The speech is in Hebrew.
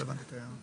לא הבנתי את ההערה.